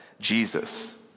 Jesus